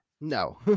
No